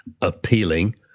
appealing